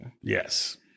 yes